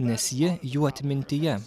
nes ji jų atmintyje